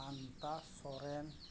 ᱥᱟᱱᱛᱟᱥ Soren